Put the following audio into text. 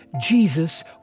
Jesus